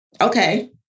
okay